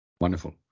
Wonderful